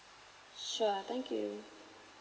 sure thank you